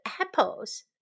apples